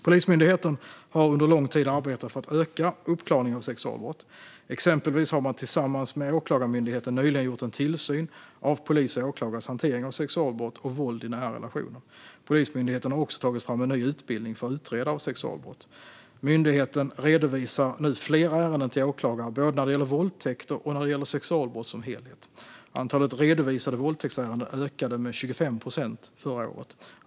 Polismyndigheten har under lång tid arbetat för att öka uppklaringen av sexualbrott. Exempelvis har man tillsammans med Åklagarmyndigheten nyligen gjort en tillsyn av polis och åklagares hantering av sexualbrott och våld i nära relationer. Polismyndigheten har också tagit fram en ny utbildning för utredare av sexualbrott. Myndigheten redovisar nu fler ärenden till åklagare både när det gäller våldtäkter och när det gäller sexualbrott som helhet. Antalet redovisade våldtäktsärenden ökade med 25 procent förra året.